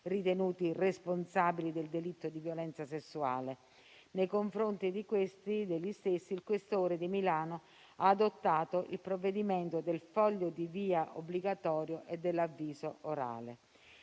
ritenuti responsabili del delitto di violenza sessuale. Nei confronti degli stessi, il questore di Milano ha adottato il provvedimento del foglio di via obbligatorio e dell'avviso orale.